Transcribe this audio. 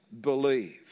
believe